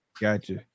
gotcha